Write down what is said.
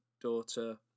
daughter